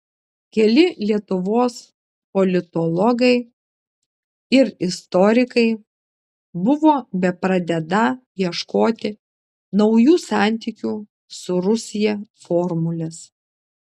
keli lietuvos politologai ir istorikai buvo bepradedą ieškoti naujų santykių su rusija formulės